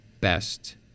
best